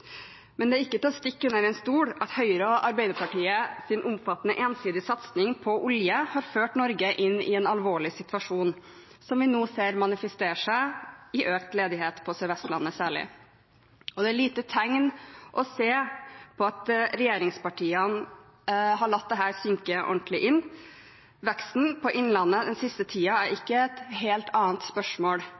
men det er ikke til å stikke under stol at Høyre og Arbeiderpartiets omfattende, ensidige satsing på olje har ført Norge inn i en alvorlig situasjon, som vi nå ser manifestere seg i økt ledighet, særlig på Sør-Vestlandet. Det er lite tegn å se til at regjeringspartiene har latt dette synke ordentlig inn. Veksten i innlandet den siste tiden er ikke et helt annet spørsmål,